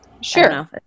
sure